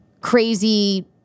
crazy